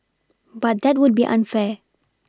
but that would be unfair